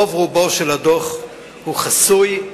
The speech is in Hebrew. רובו הגדול של הדוח הוא חסוי,